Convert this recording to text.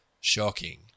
shocking